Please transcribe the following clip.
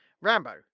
Rambo